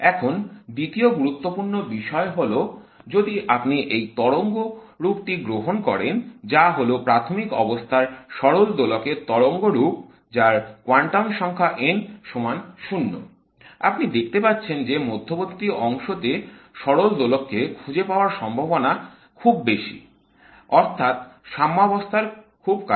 এখন দ্বিতীয় গুরুত্বপূর্ণ বিষয়টি হল যদি আপনি এই তরঙ্গরূপ টি গ্রহণ করেন যা হল প্রাথমিক অবস্থার সরল দোলকের তরঙ্গরূপ যার কোয়ান্টাম সংখ্যা n সমান 0 আপনি দেখতে পাচ্ছেন যে মধ্যবর্তী অংশ তে সরল দোলকে খুঁজে পাওয়ার সম্ভাবনা খুব বেশি অর্থাৎ সাম্যবস্থার খুব কাছে